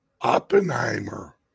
Oppenheimer